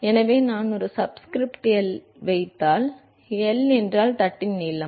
எனவே நான் ஒரு சப்ஸ்கிரிப்ட் எல் வைத்தால் எல் என்றால் தட்டின் நீளம்